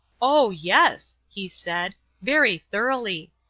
oh, yes, he said, very thoroughly.